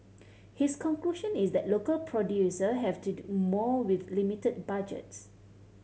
his conclusion is that local producer have to do more with limited budgets